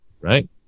right